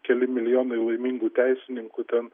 keli milijonai laimingų teisininkų ten